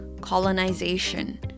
colonization